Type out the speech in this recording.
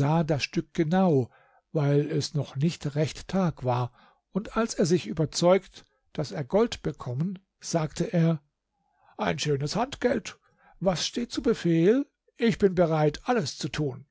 das stück genau weil es noch nicht recht tag war und als er sich überzeugt daß er gold bekommen sagte er ein schönes handgeld was steht zu befehl ich bin bereit alles zu tun